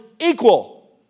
equal